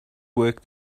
work